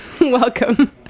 Welcome